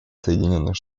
соединенных